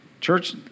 Church